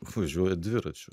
važiuoja dviračiu